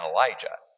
Elijah